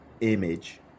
image